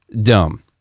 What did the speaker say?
dumb